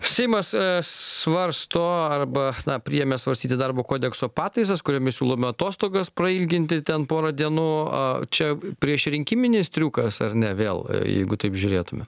seimas svarsto arba na priėmė svarstyti darbo kodekso pataisas kuriomis siūloma atostogas prailginti ten porą dienų a čia priešrinkiminis triukas ar ne vėl jeigu taip žiūrėtume